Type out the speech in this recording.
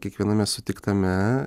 kiekviename sutiktame